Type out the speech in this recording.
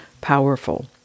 powerful